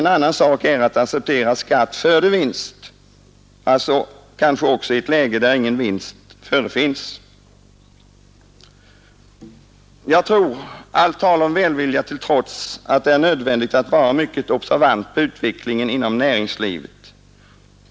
En annan sak är att acceptera skatt före vinst, ja t.o.m. i ett läge då ingen vinst finns. Jag tror, allt tal om välvilja till trots, att det är nödvändigt att vara mycket observant när det gäller utvecklingen inom näringslivet.